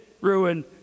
ruin